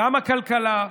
גם הכלכלה,